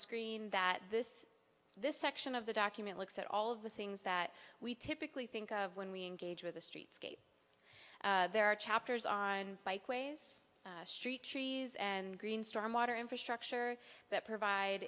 screen that this this section of the document looks at all of the things that we typically think of when we engage with the streetscape there are chapters on bikeways street trees and green storm water infrastructure that provide